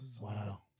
Wow